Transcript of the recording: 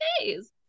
days